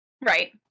Right